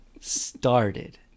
started